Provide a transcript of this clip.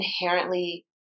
inherently